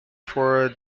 for